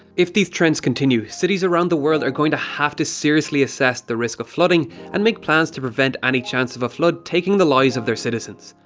if these trends continue cities around the world are going to have to seriously assess the risk of flooding and make plans to prevent any chance of a flood taking the lives of their citizens.